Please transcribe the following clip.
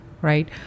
right